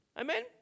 amen